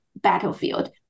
battlefield